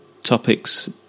topics